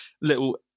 little